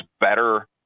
better